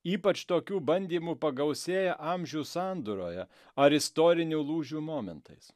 ypač tokių bandymų pagausėja amžių sandūroje ar istorinių lūžių momentais